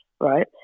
right